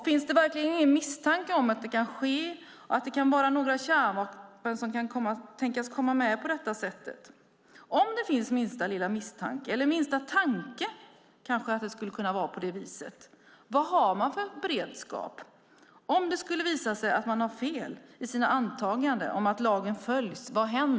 Finns det verkligen ingen misstanke om att detta skulle kunna ske, att några kärnvapen skulle kunna tänkas komma in på detta sätt? Om det finns minsta tanke om att det kanske skulle kunna vara på det här viset undrar jag: Vad har man för beredskap? Vad händer om det skulle visa sig att man har fel i sina antaganden om att lagen följs?